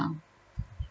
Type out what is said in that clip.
ah